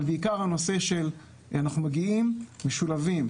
אנחנו מגיעים משולבים.